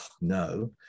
no